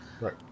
Right